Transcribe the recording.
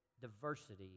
diversity